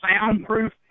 soundproof